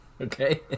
Okay